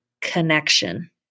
connection